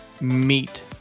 meet